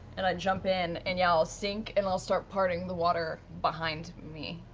and i jump in and yeah i'll sink and i'll start parting the water behind me.